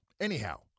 Anyhow